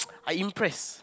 I impressed